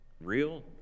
real